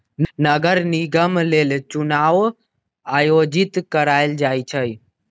नगर निगम लेल चुनाओ आयोजित करायल जाइ छइ